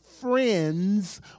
friends